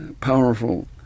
powerful